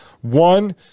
one